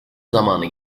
zamanı